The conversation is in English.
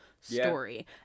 story